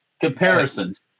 Comparisons